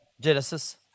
Genesis